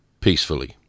peacefully